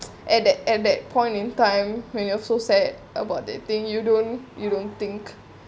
at that at that point in time when you so sad about that thing you don't you don't think